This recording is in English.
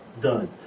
done